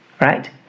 right